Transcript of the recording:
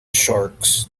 sharks